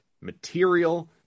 material